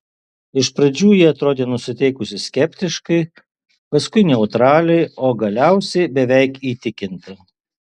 iš pradžių ji atrodė nusiteikusi skeptiškai paskui neutraliai o galiausiai beveik įtikinta